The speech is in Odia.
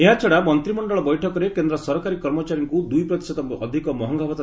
ଏହାଛଡ଼ା ମନ୍ତ୍ରିମଣ୍ଡଳ ବୈଠକରେ କେନ୍ଦ୍ର ସରକାରୀ କର୍ମଚାରୀଙ୍କୁ ଦୁଇ ପ୍ରତିଶତ ଅଧିକ ମହଙ୍ଗା ଭଉ